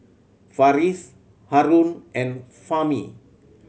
Farish Haron and Fahmi